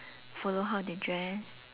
follow how they dress